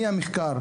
אני המחקר.